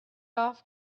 golf